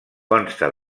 consta